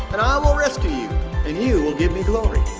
and i will rescue you, and you will give me glory.